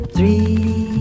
Three